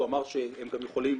הוא אמר שהם גם יכולים